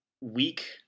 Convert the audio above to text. weak